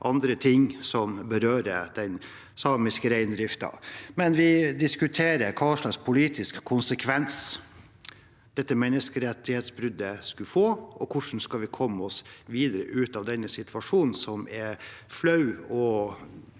andre ting som berører den samiske reindriften. Vi diskuterer hva slags politiske konsekvenser dette menneskerettighetsbruddet skal få, og hvordan vi skal komme oss videre og ut av denne situasjonen, som er flau og